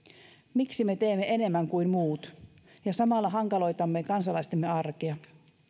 miksi me teemme enemmän kuin muut ja samalla hankaloitamme kansalaistemme arkea